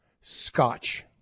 Scotch